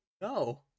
No